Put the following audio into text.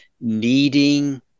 needing